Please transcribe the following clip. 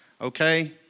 okay